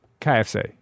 KFC